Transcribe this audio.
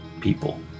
people